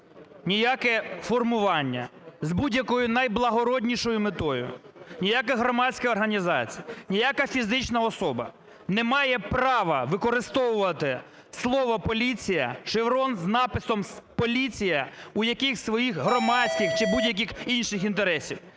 ніяке формування, з будь-якою найблагороднішою метою, ніяка громадська організація, ніяка фізична особа не має права використовувати слово "поліція", шеврон з написом "поліція" у якихось своїх громадських чи будь-яких інших інтересах.